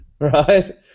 right